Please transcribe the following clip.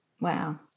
Wow